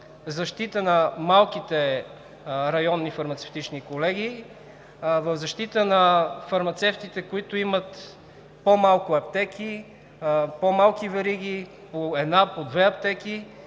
защита на малките районни фармацевтични колегии, в защита на фармацевтите, които имат по-малко аптеки, по-малки вериги, по една, по две аптеки